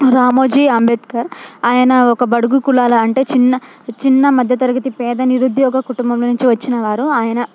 రామోజీ అంబేద్కర్ ఆయన ఒక బడుగు కులాల అంటే చిన్న చిన్న మధ్య తరగతి పేద నిరుద్యోగ కుటుంబం నుంచి వచ్చిన వారు ఆయన